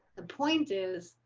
the point is,